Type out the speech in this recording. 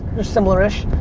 they're similar-ish.